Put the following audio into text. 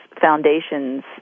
foundations